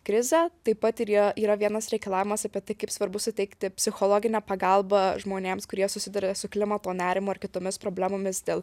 krizę taip pat ir yra yra vienas reikalavimas apie tai kaip svarbu suteikti psichologinę pagalbą žmonėms kurie susiduria su klimato nerimu ar kitomis problemomis dėl